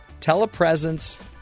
Telepresence